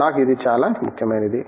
నాకు ఇది చాలా ముఖ్యమైనది